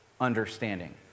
understanding